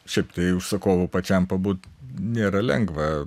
šiaip tai užsakovu pačiam pabūt nėra lengva